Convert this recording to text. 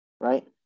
Right